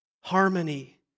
harmony